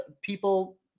people